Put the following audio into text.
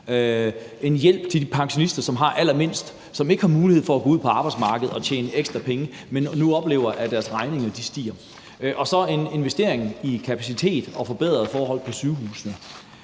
en hjælp til de pensionister, der har allermindst, og som ikke har mulighed for at gå ud på arbejdsmarkedet og tjene ekstra penge, men som nu oplever, at deres regninger stiger. Og så har vi også en investering i kapacitet og forbedrede forhold på sygehusene.